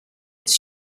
his